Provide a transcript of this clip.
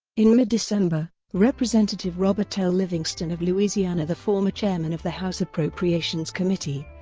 in mid-december, representative robert l. livingston of louisiana the former chairman of the house appropriations committee